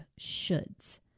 shoulds